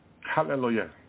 Hallelujah